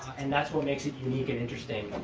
and that's what makes it unique and interesting.